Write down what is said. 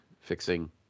fixing